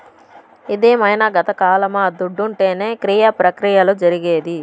ఇదేమైన గతకాలమా దుడ్డుంటేనే క్రియ ప్రక్రియలు జరిగేది